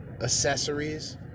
accessories